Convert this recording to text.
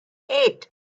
eight